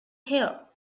here